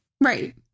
Right